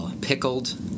Pickled